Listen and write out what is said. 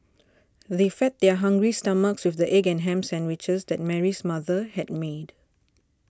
they fed their hungry stomachs with the egg and ham sandwiches that Mary's mother had made